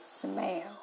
smell